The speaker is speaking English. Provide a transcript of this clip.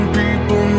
people